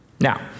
Now